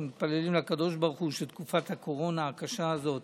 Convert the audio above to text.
אנחנו מתפללים לקדוש ברוך הוא שתקופת הקורונה הקשה הזאת